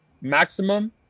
maximum